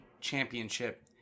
championship